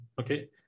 okay